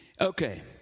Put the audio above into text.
Okay